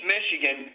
Michigan